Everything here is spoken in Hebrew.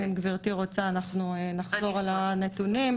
אם גברתי רוצה אנחנו נחזור על הנתונים.